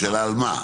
השאלה על מה?